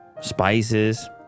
spices